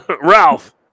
Ralph